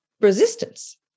resistance